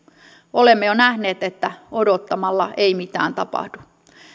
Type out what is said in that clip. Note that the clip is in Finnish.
olemme jo nähneet että odottamalla ei mitään tapahdu